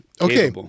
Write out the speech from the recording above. okay